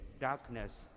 darkness